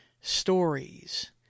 stories